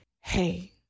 Hey